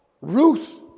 Ruth